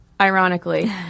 ironically